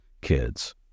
kids